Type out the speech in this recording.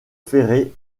ferré